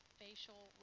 facial